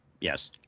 yes